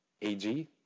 AG